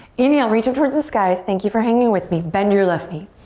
inhale, reach up towards the sky. thank you for hanging with me, bend your left knee.